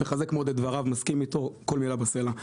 מחזק מאוד את דבריו, מסכים איתו, כל מילה בסלע.